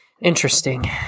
Interesting